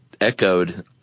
echoed